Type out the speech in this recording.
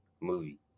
movie